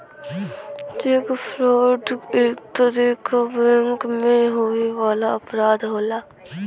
check fraud एक तरे क बैंक में होए वाला अपराध होला